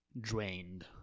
drained